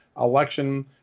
election